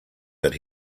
that